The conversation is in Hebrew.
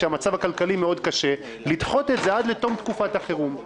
כשהמצב הכלכלי מאוד קשה לדחות את זה עד לתום תקופת החירום.